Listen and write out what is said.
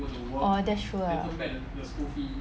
orh that's true lah